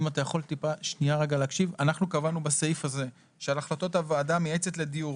אנחנו קבענו בסעיף הזה שעל החלטות הוועדה המייעצת לדיור,